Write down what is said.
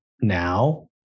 now